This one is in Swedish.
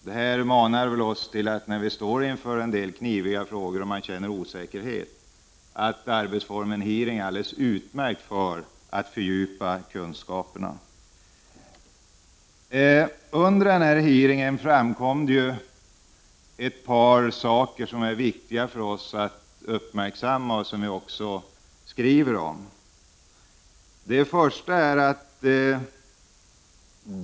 Det manar oss att, när vi står inför kniviga frågor och känner osäkerhet, använda arbetsformen hearing, som är ett alldeles utmärkt sätt för oss att fördjupa våra kunskaper. Under denna hearing framkom ett par saker som är viktiga att uppmärksamma.